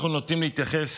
אנחנו נוטים להתייחס